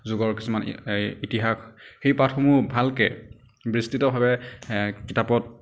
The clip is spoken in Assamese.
যুগৰ কিছুমান এই ইতিহাস সেই পাঠসমূহ ভালকৈ বৃস্তিতভাৱে এ কিতাপত